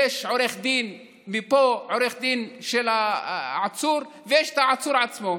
יש עורך דין של העצור ויש העצור עצמו,